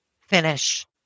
finish